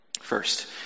first